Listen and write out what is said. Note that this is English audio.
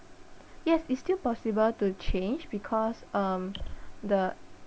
yes it's still possible to change because um the